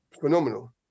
phenomenal